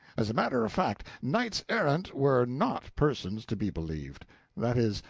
as a matter of fact, knights errant were not persons to be believed that is,